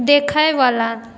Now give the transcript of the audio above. देखएवला